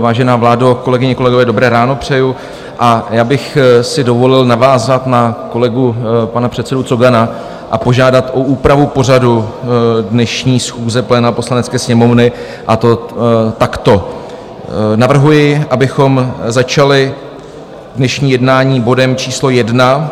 Vážená vládo, kolegyně, kolegové, dobré ráno přeji a já bych si dovolil navázat na kolegu, pana předsedu Cogana, a požádat o úpravu pořadu dnešní schůze pléna Poslanecké sněmovny, a to takto: navrhuji, abychom začali dnešní jednání bodem číslo 1,